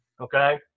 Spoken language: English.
okay